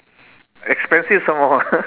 expensive some more